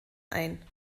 ein